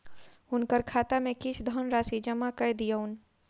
हुनकर खाता में किछ धनराशि जमा कय दियौन